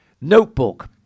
notebook